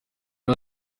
bwa